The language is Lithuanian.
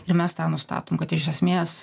ir mes tą nustatom kad iš esmės